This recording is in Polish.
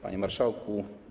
Panie Marszałku!